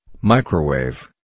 Microwave